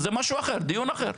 זה משהו אחר, דיון אחר.